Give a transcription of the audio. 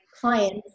clients